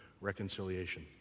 reconciliation